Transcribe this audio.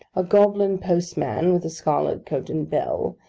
a goblin postman, with a scarlet coat and bell,